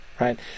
right